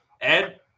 Ed